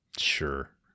sure